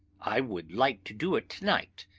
i would like to do it to-night,